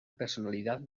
personalidad